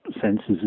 senses